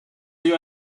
you